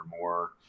more